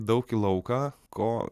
daug į lauką ko